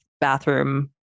bathroom